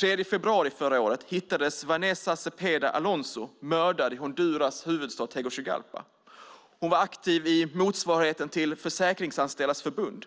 Den 3 februari förra året hittades Vanessa Zepeda Alonzo mördade i Honduras huvudstad Tegucigalpa. Hon var aktiv i motsvarigheten till Försäkringsanställdas förbund.